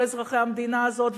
כל אזרחי המדינה הזאת,